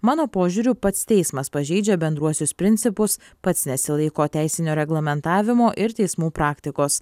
mano požiūriu pats teismas pažeidžia bendruosius principus pats nesilaiko teisinio reglamentavimo ir teismų praktikos